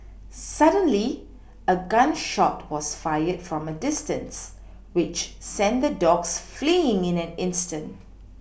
suddenly a gun shot was fired from a distance which sent the dogs fleeing in an instant